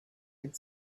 had